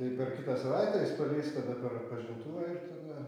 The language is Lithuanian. tai per kitą savaitę jis paleis tada per atpažintuvą ir tada